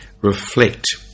reflect